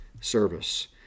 service